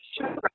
Sure